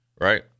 right